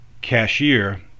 cashier